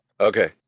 Okay